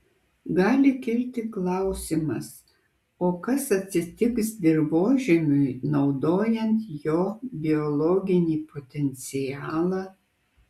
gali kilti klausimas o kas atsitiks dirvožemiui naudojant jo biologinį potencialą